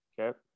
Okay